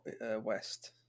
west